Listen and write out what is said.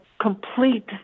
complete